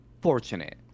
fortunate